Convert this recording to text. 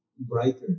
Brighter